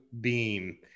beam